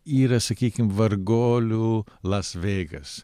yra sakykim varguolių las vegas